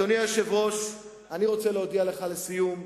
אדוני היושב-ראש, אני רוצה להודיע לך לסיום,